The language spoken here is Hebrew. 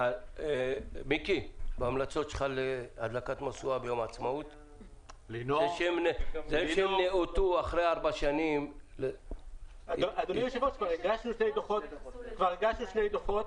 אדוני היושב ראש, כבר הגשנו שני דוחות.